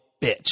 bitch